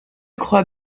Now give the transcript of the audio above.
crois